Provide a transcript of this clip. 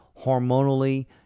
Hormonally